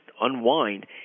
unwind